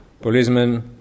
policemen